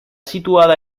situada